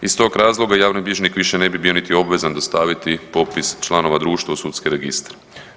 Iz tog razloga javni bilježnik više ne bi bio niti obvezan dostaviti popis članova društva u sudski registar.